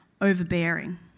overbearing